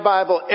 Bible